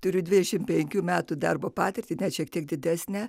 turiu dvidešimrt penkių metų darbo patirtį net šiek tiek didesnę